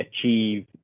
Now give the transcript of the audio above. achieve